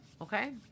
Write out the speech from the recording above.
okay